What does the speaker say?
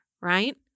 Right